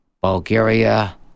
Bulgaria